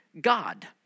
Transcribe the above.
God